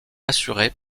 assurée